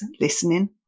listening